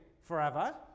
forever